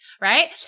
right